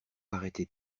arrêter